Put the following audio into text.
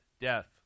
death